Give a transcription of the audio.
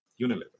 Unilever